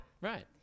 Right